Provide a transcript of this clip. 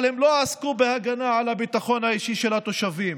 אבל הם לא עסקו בהגנה על הביטחון האישי של התושבים.